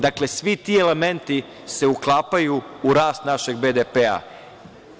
Dakle, svi ti elementi se uklapaju u rast našeg BDP-a.